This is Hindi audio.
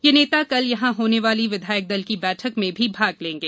ये नेता कल यहां होने वाली विधायक दल की बैठक में भी भाग लेंगे